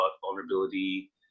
vulnerability